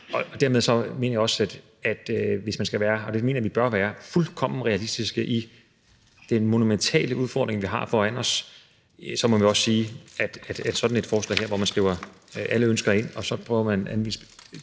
Dermed mener jeg også, at hvis vi skal være fuldstændig realistiske – og det mener jeg vi bør være – over for den monumentale udfordring, vi har foran os, så må vi også sige, at sådan et forslag her, hvor man skriver alle ønsker ind og så prøver at anvise